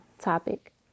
topic